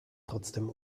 trotzdem